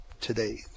today